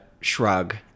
shrug